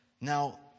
now